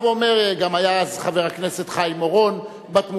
גם היה אז גם חבר הכנסת חיים אורון בתמונה.